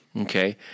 Okay